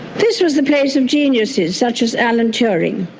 this was the place of geniuses such as alan turing.